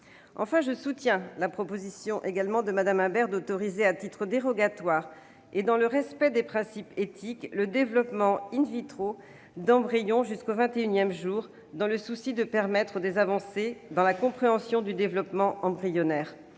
Enfin, je soutiens la proposition de Mme Imbert d'autoriser, à titre dérogatoire et dans le respect des principes éthiques, le développement d'embryons jusqu'au vingt et unième jour, dans le souci de permettre des avancées dans la compréhension du développement embryonnaire.